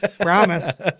Promise